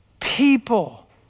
people